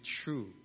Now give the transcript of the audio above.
true